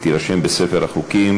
ותירשם בספר החוקים.